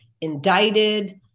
indicted